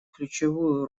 ключевую